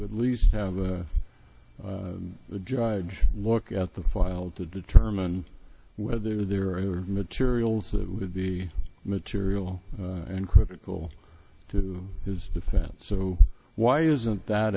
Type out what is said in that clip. at least have a judge look at the file to determine whether there are materials that would be material and critical to his defense so why isn't that